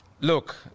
look